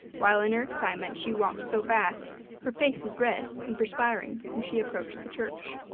while in her excitement she walked so fast her face was red and perspiring when she approached the church.